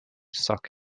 suck